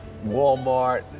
Walmart